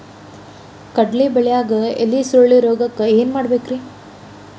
ಕಡ್ಲಿ ಬೆಳಿಯಾಗ ಎಲಿ ಸುರುಳಿರೋಗಕ್ಕ ಏನ್ ಮಾಡಬೇಕ್ರಿ?